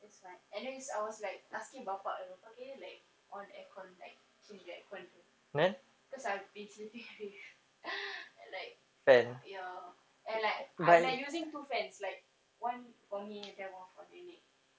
it's fine and then I was like asking bapa you know something like on the aircon like change the aircon there cause I've been sleeping with at like your and like I'm like using two fans it's like one for me then one for nenek